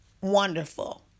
wonderful